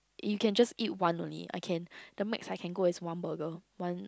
you can just eat one only I can the max I can go is one burger one